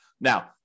Now